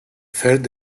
third